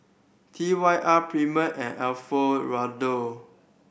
T Y R Premier and Alfio Raldo